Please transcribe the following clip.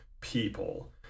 people